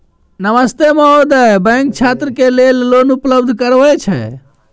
नमस्ते महोदय, बैंक छात्र के लेल लोन उपलब्ध करबे छै?